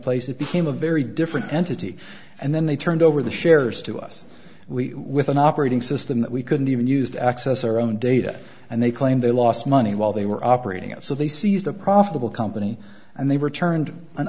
place it became a very different entity and then they turned over the shares to us we with an operating system that we couldn't even use to access our own data and they claim they lost money while they were operating it so they seized a profitable company and they returned an